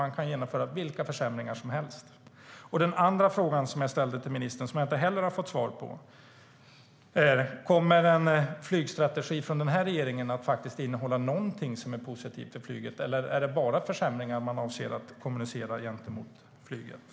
Kan man genomföra vilka försämringar som helst?